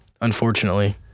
Unfortunately